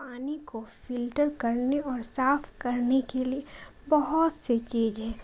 پانی کو فلٹر کرنے اور صاف کرنے کے لیے بہت سے چیز ہیں